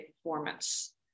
performance